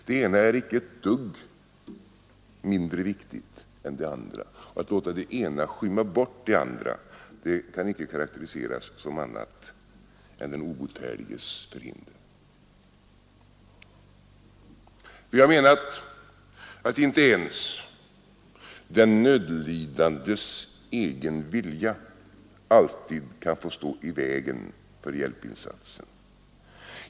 Det ena är icke ett dugg mindre viktigt än det andra, och att låta det ena skymma det andra kan icke karakteriseras som annat än den obotfärdiges förhinder. Inte ens den nödlidandes egen vilja kan alltid få stå i vägen för hjälpinsatsen.